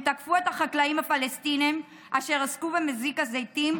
הם תקפו את החקלאים הפלסטינים אשר עסקו במסיק הזיתים,